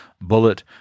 bullet